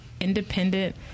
independent